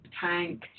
tank